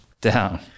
down